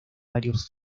varios